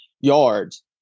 yards